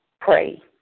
pray